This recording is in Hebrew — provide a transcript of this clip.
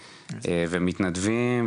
ומתנדבים.